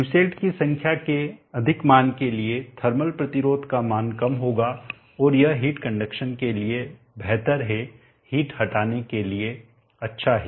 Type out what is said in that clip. Nusselt की संख्या के अधिक मान के लिए थर्मल प्रतिरोध का मान कम होगा और यह हिट कंडक्शन के लिए बेहतर है हिट हटाने के लिए अच्छा है